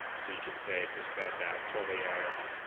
so you can say suspend at twelve a m